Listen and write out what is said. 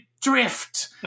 drift